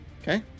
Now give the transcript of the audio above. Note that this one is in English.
Okay